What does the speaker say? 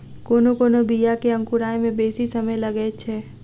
कोनो कोनो बीया के अंकुराय मे बेसी समय लगैत छै